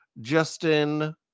Justin